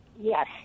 Yes